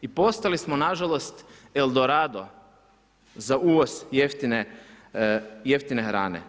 I postali smo nažalost eldorado za uvoz jeftine hrane.